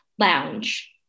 lounge